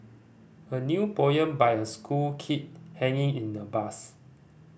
a new poem by a school kid hanging in a bus